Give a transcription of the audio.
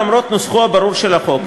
למרות נוסחו הברור של החוק,